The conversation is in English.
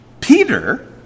Peter